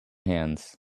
hands